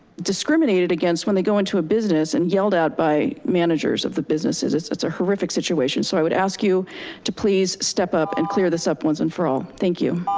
discriminated against when they go into a business and yelled at by managers of the businesses, it's it's a horrific situation. so i would ask you to please step up and clear this up once and for all, thank you.